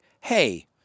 Hey